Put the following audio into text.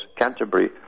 Canterbury